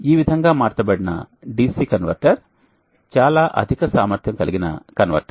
ఈ విధంగా మార్చబడిన DC కన్వర్టర్ చాలా అధిక సామర్థ్యము కలిగిన కన్వర్టర్